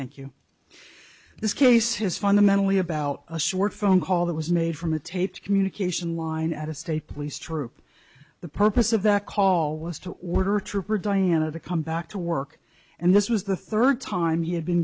thank you this case is fundamentally about a short phone call that was made from a taped communication line at a state police troop the purpose of that call was to order trooper diana to come back to work and this was the third time he had been